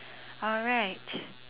alright